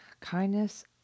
Kindness